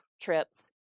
trips